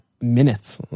minutes